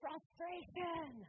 Frustration